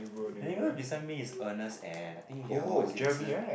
the neighbour beside me is Ernest and I think the other one was Yan-zi